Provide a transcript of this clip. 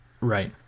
Right